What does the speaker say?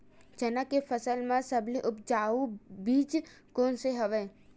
चना के फसल म सबले उपजाऊ बीज कोन स हवय?